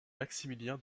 maximilien